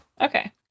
Okay